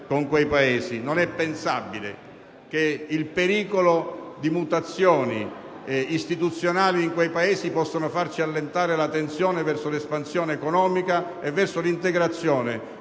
con quei Paesi. Non è pensabile che il pericolo di mutamenti istituzionali in quei Paesi possa farci allentare la tensione verso l'espansione economica e verso l'integrazione